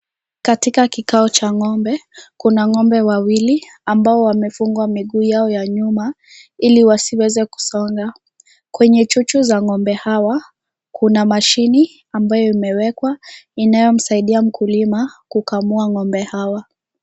Katika kikao cha ng'ombe kuna ng'ombe wawili ambao wamefungwa miguu yao ya nyuma, ili wasiweze kusonga. Kwenye chuchu za ng'ombe hawa, mashini ambayo imewekwa inayomsaidia mkulima kukamua ng'ombe hawa.